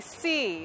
see